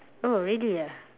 oh really ah